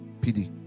PD